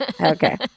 Okay